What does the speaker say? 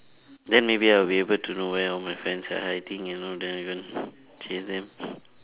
then maybe I will be able to know where all my friends are hiding you know then even chase them